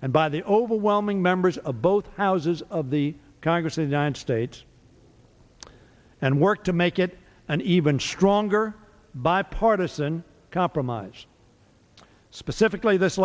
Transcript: and by the overwhelming members of both houses of the congress of the united states and worked to make it an even stronger bipartisan compromise specifically this